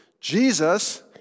Jesus